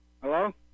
Hello